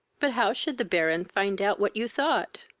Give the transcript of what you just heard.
but how should the baron find out what you thought?